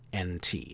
NT